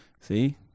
See